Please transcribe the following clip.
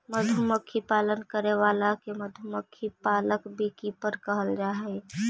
मधुमक्खी पालन करे वाला के मधुमक्खी पालक बी कीपर कहल जा हइ